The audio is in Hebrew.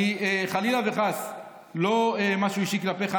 אני חלילה וחס, לא משהו אישי כלפיך.